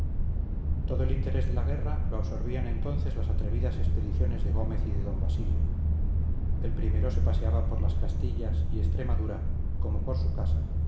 todo el interés de la guerra lo absorbían entonces las atrevidas expediciones de gómez y de d basilio el primero se paseaba por las castillas y extremadura como por su casa